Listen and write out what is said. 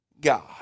God